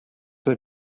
they